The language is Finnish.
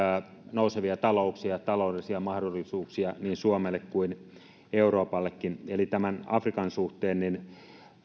nousevia talouksia ja taloudellisia mahdollisuuksia niin suomelle kuin euroopallekin eli afrikan suhteen